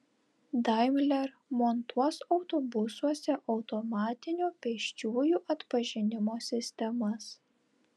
daimler montuos autobusuose automatinio pėsčiųjų atpažinimo sistemas